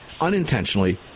unintentionally